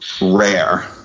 rare